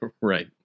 Right